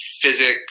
physics